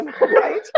Right